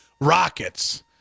Rockets